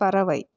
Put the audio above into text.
பறவை